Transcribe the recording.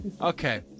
Okay